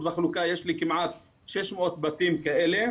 וחלוקה יש לי כמעט 600 בתים כאלה,